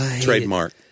Trademark